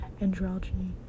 androgyny